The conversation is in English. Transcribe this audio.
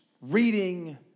reading